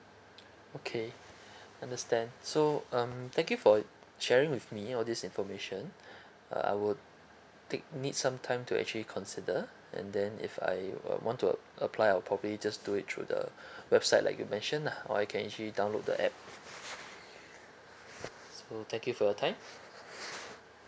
okay understand so um thank you for sharing with me all this information uh I would take need some time to actually consider and then if I want to uh apply I'll probably just do it through the website like you mention lah or I can actually download the app so thank you for your time